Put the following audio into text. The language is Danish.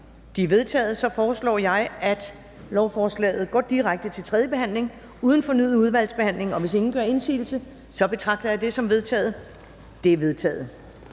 De er vedtaget. Så foreslår jeg, at lovforslaget går direkte til tredje behandling uden fornyet udvalgsbehandling. Hvis ingen gør indsigelse, betragter jeg det som vedtaget. Det er vedtaget.